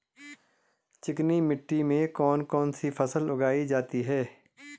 चिकनी मिट्टी में कौन कौन सी फसल उगाई जाती है?